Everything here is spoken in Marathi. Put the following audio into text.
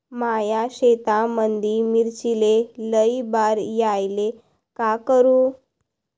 माया शेतामंदी मिर्चीले लई बार यायले का करू?